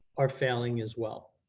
are failing as well.